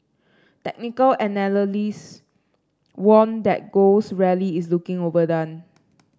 technical analysts warned that gold's rally is looking overdone